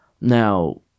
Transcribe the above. now